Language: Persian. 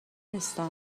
نیستم